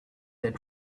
their